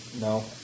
No